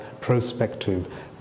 prospective